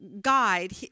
guide